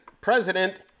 President